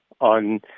on